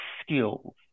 skills